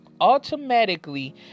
Automatically